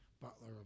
Butler